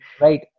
Right